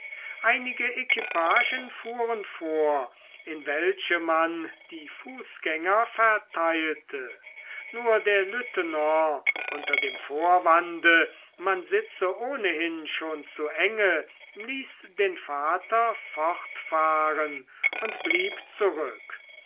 einige equipagen fuhren vor in welche man die fußgänger verteilte nur der lieutenant unter dem vorwande man sitze ohnehin schon zu enge ließ den vater fortfahren und blieb zurück